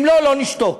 אם לא, לא נשתוק.